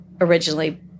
originally